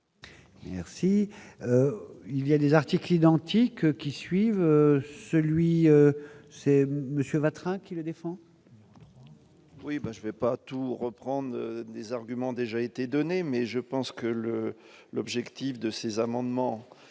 Merci, il y a des articles identiques qui suivent celui c'est monsieur Vatrin qui le défend. Oui, ben je vais pas tout reprend des arguments déjà été donnée mais je pense que le l'objectif de ces amendements,